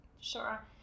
sure